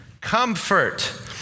Comfort